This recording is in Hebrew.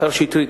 השר שטרית,